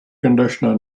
conditioner